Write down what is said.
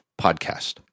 podcast